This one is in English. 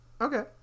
okay